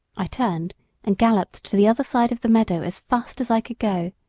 i turned and galloped to the further side of the meadow as fast as i could go,